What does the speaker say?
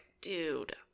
dude